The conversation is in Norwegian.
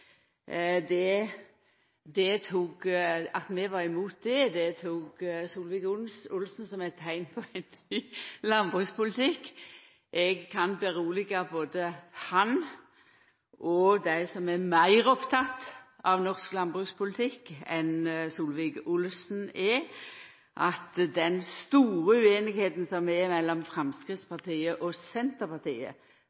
imot det, tok Solvik-Olsen som eit teikn på ein ny landbrukspolitikk. Eg kan roe både han og dei som er meir opptekne av norsk landbrukspolitikk enn Solvik-Olsen: Den store ueinigheita som er mellom